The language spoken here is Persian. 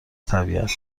طبیعت